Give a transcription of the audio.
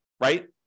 right